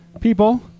people